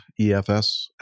EFS